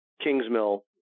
Kingsmill